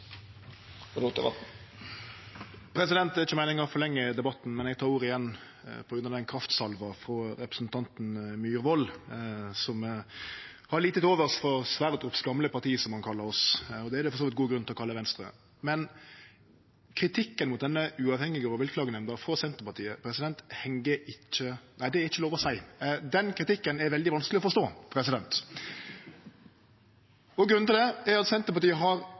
Det er ikkje meininga å forlengje debatten, men eg tek ordet igjen på grunn av kraftsalva frå representanten Myhrvold, som har lite til overs for «Sverdrups gamle parti», som han kalla oss – og det er det for så vidt god grunn til å kalle Venstre. Kritikken frå Senterpartiet mot denne uavhengige rovviltklagenemnda er veldig vanskeleg å forstå. Grunnen til det er at Senterpartiet tilsynelatande har uinnskrenka tillit til rovviltnemndene og null tillit til ei eventuell rovviltklagenemnd. Dersom rovviltnemndene har vedteke eit eller anna og